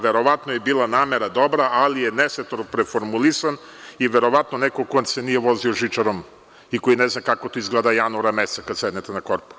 Verovatno je bila namera dobra, ali, nesretno preformulisan i to je verovatno neko ko se nije vozio žičarom i koji ne zna kako to izgleda u januaru mesecu kad sednete na korpu.